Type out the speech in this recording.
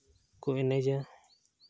ᱠᱚ ᱮᱱᱮᱡᱟ